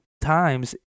times